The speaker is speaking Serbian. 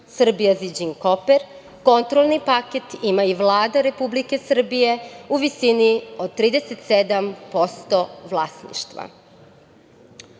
„Srbija Ziđin Koper“ kontrolni paket ima i Vlada Republike Srbije u visini od 37% vlasništva.